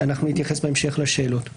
בהמשך אנחנו נתייחס לשאלות.